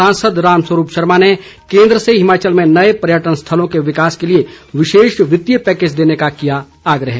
सांसद रामस्वरूप शर्मा ने केन्द्र से हिमाचल में नए पर्यटन स्थलों के विकास के लिए विशेष वित्तीय पैकेज देने का किया आग्रह